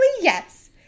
yes